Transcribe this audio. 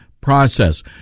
process